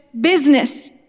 business